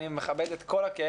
אני מכבד את כל הכאב,